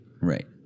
Right